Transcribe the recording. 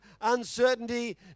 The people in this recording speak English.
uncertainty